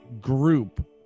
group